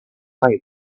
fibre